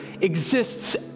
exists